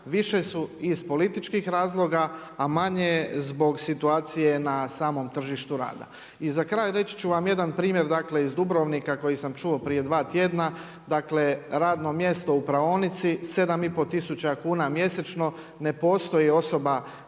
više su iz političkih razloga, a manje zbog situacije na samom tržištu rada. I za kraj reći ću vam jedan primjer, dakle iz Dubrovnika koji sam čuo prije dva tjedna, dakle radno mjesto u praonici, 7 i pol tisuća kuna mjesečno, ne postoji osoba